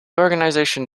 organisation